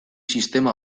sistema